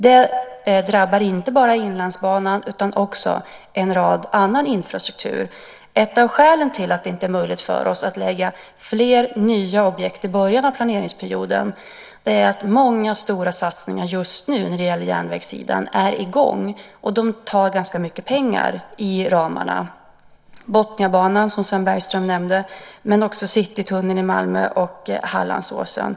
Det drabbar inte bara Inlandsbanan utan också en rad andra infrastrukturobjekt. Ett av skälen till att det inte är möjligt för oss att lägga fler nya objekt i början av planeringsperioden är att många stora satsningar just nu på järnvägssidan är i gång och att de tar ganska mycket pengar inom ramarna. Det gäller Botniabanan, som Sven Bergström nämnde, men också Citytunneln i Malmö och Hallandsåsen.